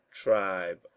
tribe